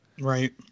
Right